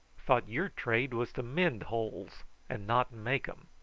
thought your trade was to mend holes and not make em.